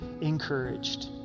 encouraged